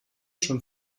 schon